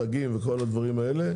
דגים ודברים כאלה,